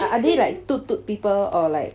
are they like toot toot people or like